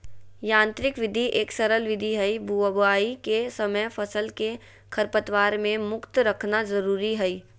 यांत्रिक विधि एक सरल विधि हई, बुवाई के समय फसल के खरपतवार से मुक्त रखना जरुरी हई